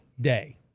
day